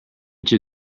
too